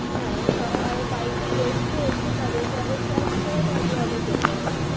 হ্যাঁ ও কা আর বাড়িতে গেস্টও এসছে তাদেরকে আবার সার্ভ করে তারপর আবার যেতে হবে